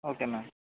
ఓకేనండీ